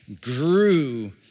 grew